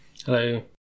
Hello